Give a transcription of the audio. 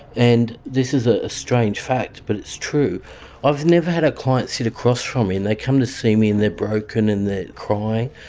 and this is a strange fact but it's true i've never had a client sit across from me, and they come to see me and they're broken and they're crying,